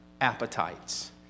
appetites